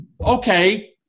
Okay